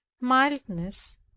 mildness